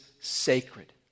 sacred